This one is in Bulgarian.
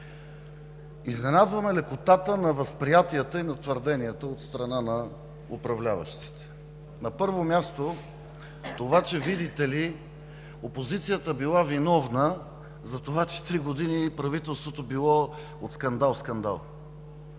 Изненадва ме лекотата на възприятията и на твърденията от страна на управляващите. На първо място това, че, видите ли, опозицията била виновна за това, че три години правителството било от скандал в скандал.